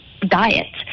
diet